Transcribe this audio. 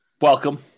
Welcome